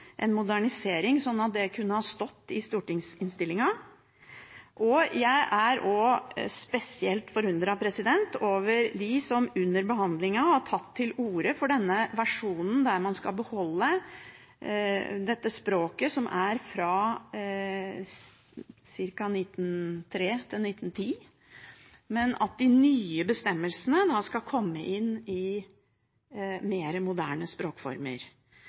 en modernisering, sånn at det kunne ha stått i innstillingen til Stortinget. Jeg er spesielt forundret over dem som under behandlingen har tatt til orde for en versjon der man skal beholde et språk som er fra ca. 1903 til 1910, men der de nye bestemmelsene skal komme inn i mer moderne språkformer.